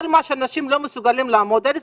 כל מה שאנשים לא מסוגלים לעמוד בו,